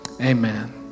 Amen